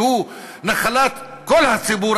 שהוא נחלת כל הציבור,